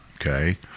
Okay